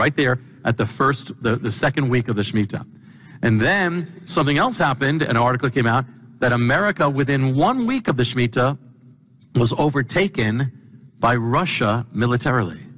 right there at the first the second week of the shmita and then something else happened an article came out that america within one week of the shmita was overtaken by russia militarily